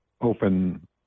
open